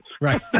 right